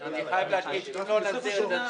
אני חייב להגיד: אם לא נסדיר את זה עד